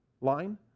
line